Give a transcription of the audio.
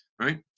right